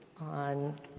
on